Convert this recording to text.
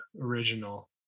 original